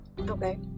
Okay